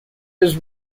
his